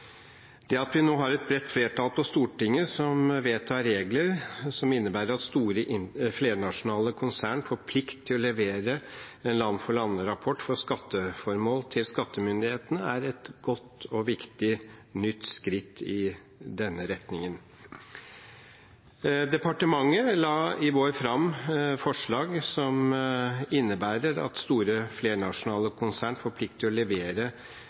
velferd. At vi nå har et bredt flertall på Stortinget som vedtar regler som innebærer at store flernasjonale konsern får plikt til å levere en land-for-land-rapport for skatteformål til skattemyndighetene, er et godt og viktig nytt skritt i denne retningen. Departementet la i vår fram forslag som innebærer at store flernasjonale konsern får plikt til å levere